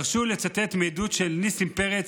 תרשו לי לצטט מעדות של ניסים פרץ,